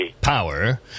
power